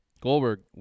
Goldberg